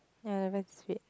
ya that man is weird